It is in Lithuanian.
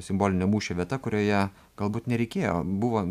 simboline mūšio vieta kurioje galbūt nereikėjo buvo